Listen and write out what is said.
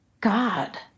god